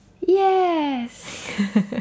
Yes